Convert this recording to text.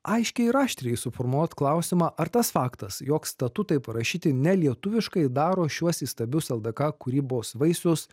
aiškiai ir aštriai suformuluot klausimą ar tas faktas jog statutai parašyti ne lietuviškai daro šiuos įstabius ldk kūrybos vaisius